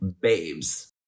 babes